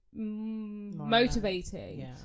motivating